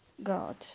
God